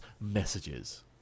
messages